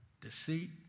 Deceit